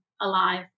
alive